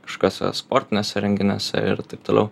kažkas ar sportiniuose renginiuose ir taip toliau